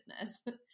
business